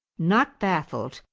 not baffled,